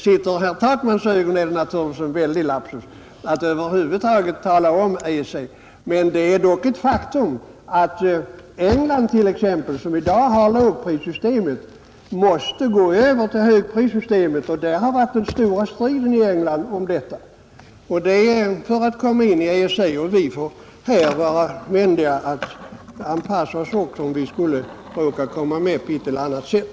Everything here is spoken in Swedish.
Sett ur herr Takmans synvinkel är det naturligtvis en stor lapsus att över huvud taget tala om EEC, men det är ett faktum att t.ex. England — som i dag har lågprissystemet — måste gå över till högprissystemet för att komma in i EEC. Den stora striden i England har stått just om detta, och vi får också vara vänliga att anpassa oss, om vi skulle råka komma med på ett eller annat sätt.